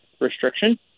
restriction